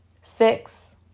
Six